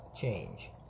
change